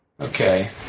Okay